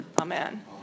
Amen